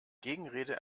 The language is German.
gegenrede